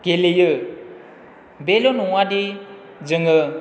गेलेयो बेल' नङादि जोङो